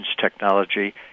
technology